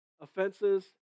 offenses